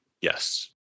Yes